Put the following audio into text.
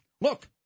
look